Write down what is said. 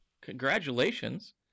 Congratulations